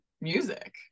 music